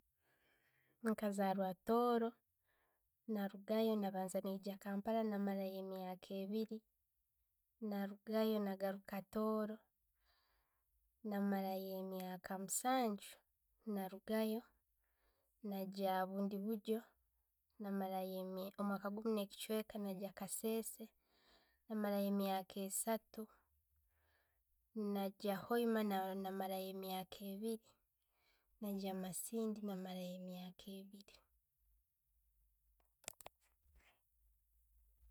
Nkazairwa tooro, narugayo nabanza na'gya kampala nammarayo emyaka ebiiri, narugayo nagaruka tooro, namarayo emyaka musanju, narugayo nagya bundibudgyo, namarayo emya omwaka gumu ne'kichweka na genda kasese namalayo emyaka esaatu, nagya Hoima, na- namarayo emyaka ebiiri, nagya masindi namarayo emyaka ebiiri.